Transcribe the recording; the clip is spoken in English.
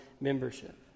membership